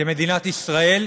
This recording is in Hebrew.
מדינת ישראל,